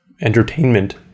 entertainment